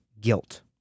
guilt